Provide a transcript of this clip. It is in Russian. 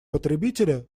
потребителя